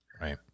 Right